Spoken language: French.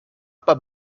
pas